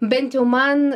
bent jau man